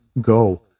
go